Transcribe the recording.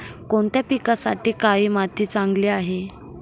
कोणत्या पिकासाठी काळी माती चांगली आहे?